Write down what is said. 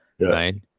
right